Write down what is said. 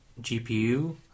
GPU